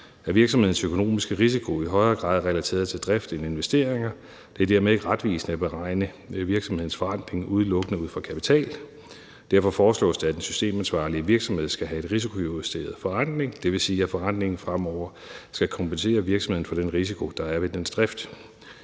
er virksomhedens økonomiske risiko i højere grad relateret til drift end investeringer. Det er dermed ikke retvisende at beregne virksomhedens forrentning udelukkende ud fra kapital. Derfor foreslås det, at den systemansvarlige virksomhed skal have en risikojusteret forrentning. Det vil sige, at forrentningen fremover skal kompensere virksomheden for den risiko, der er ved dens